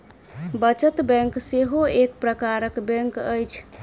बचत बैंक सेहो एक प्रकारक बैंक अछि